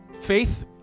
Faith